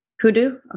Kudu